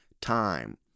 time